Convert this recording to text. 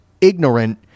ignorant